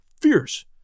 fierce